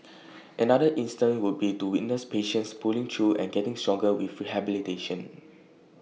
another instance would be to witness patients pulling through and getting stronger with rehabilitation